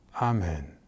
Amen